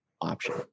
option